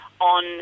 on